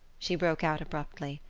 she broke out abruptly.